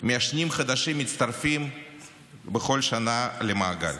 מעשנים חדשים מצטרפים בכל שנה למעגל.